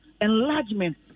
enlargement